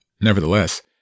Nevertheless